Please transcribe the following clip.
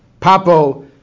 Papo